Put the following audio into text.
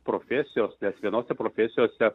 profesijos nes vienose profesijose